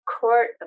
court